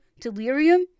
delirium